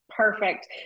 Perfect